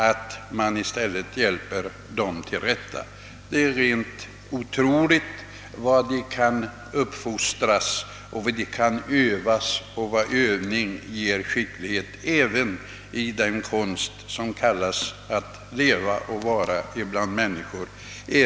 Det är rent otroligt hur s.k. efterblivna individer kan uppfostras och hur de kan övas även i den konst som det innebär att leva och vara bland människor.